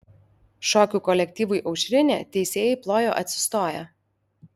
šokių kolektyvui aušrinė teisėjai plojo atsistoję